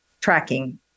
tracking